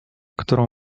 którą